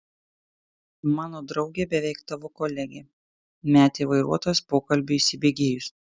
mano draugė beveik tavo kolegė metė vairuotojas pokalbiui įsibėgėjus